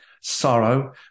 Sorrow